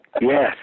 Yes